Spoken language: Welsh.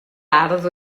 ardd